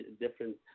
different